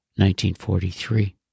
1943